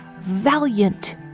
valiant